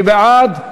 מי בעד?